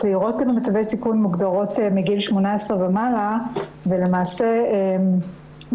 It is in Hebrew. הצעירות במצבי סיכון מוגדרות מגיל 18 ומעלה ולמעשה זאת